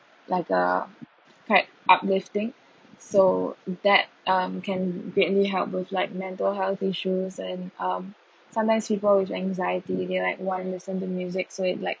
like a part uplifting so that um can greatly help those like mental health issues and um sometimes people with anxiety they like want listen to music so it like